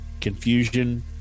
confusion